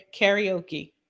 Karaoke